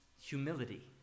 humility